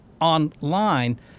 online